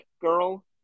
girl